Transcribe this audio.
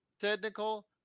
technical